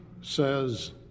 says